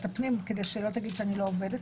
הפנים כדי שלא תגיד שאני לא עובדת,